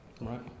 Right